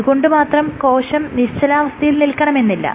അതുകൊണ്ടുമാത്രം കോശം നിശ്ചലാവസ്ഥയിൽ നില്ക്കണമെന്നില്ല